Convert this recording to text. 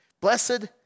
Blessed